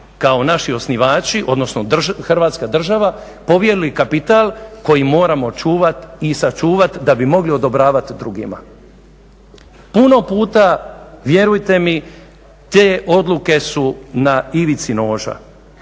kao naši osnivači odnosno Hrvatska država povjerili kapital koji moramo čuvati i sačuvati da bi mogli odobravat drugima. Puno puta vjerujte mi te odluke su na ivici noža,